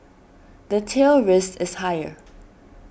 the tail risk is higher